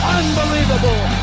unbelievable